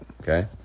Okay